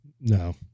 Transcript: No